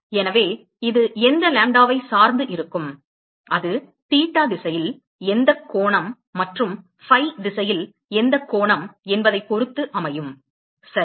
எனவே இது எந்த லாம்ப்டாவைச் சார்ந்து இருக்கும் அது தீட்டா திசையில் எந்தக் கோணம் மற்றும் ஃபை திசையில் எந்தக் கோணம் என்பதைப் பொறுத்து அமையும் சரி